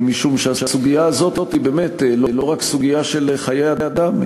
משום שהסוגיה הזאת היא לא רק סוגיה של חיי אדם,